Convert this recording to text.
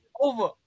Over